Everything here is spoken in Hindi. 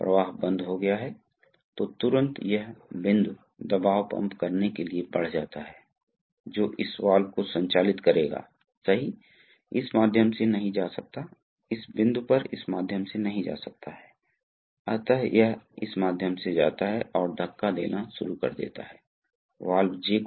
इसलिए यदि आप पेंच को कसते हैं तो स्प्रिंग को पहले से ही एक वैल्यू पर लोड किया जा सकता है और फिर उस समायोजित वैल्यू पर अगर दबाव उस पार हो जाता है तो द्रव नाली से जुड़ जायेगा